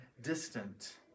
distant